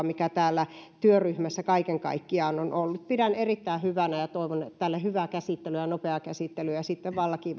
mikä täällä työryhmässä kaiken kaikkiaan on ollut pidän tätä erittäin hyvänä ja toivon tälle hyvää käsittelyä ja nopeaa käsittelyä ja sitten vaan laki